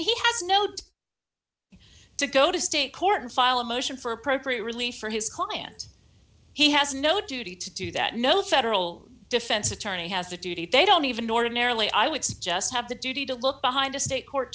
dice to go to state court and file a motion for appropriate relief for his client he has no duty to do that no federal defense attorney has a duty they don't even ordinarily i would say just have the duty to look behind a state court